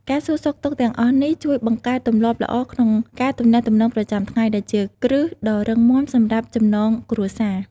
ការសួរសុខទុក្ខទាំងអស់នេះ ជួយបង្កើតទម្លាប់ល្អក្នុងការទំនាក់ទំនងប្រចាំថ្ងៃ ដែលជាគ្រឹះដ៏រឹងមាំសម្រាប់ចំណងគ្រួសារ។